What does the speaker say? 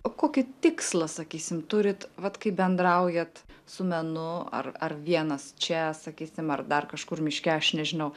o kokį tikslą sakysim turit vat kaip bendraujat su menu ar ar vienas čia sakysim ar dar kažkur miške aš nežinau